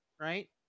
right